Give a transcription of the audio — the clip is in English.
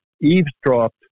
eavesdropped